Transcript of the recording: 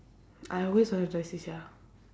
I always wanted to try shisha